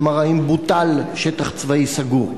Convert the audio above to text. כלומר, האם בוטל "שטח צבאי סגור"?